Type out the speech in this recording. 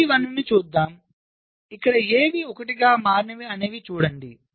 G1 ని చూద్దాం ఇక్కడ ఏవి 1 గా మారినవి అనేవి చూడండి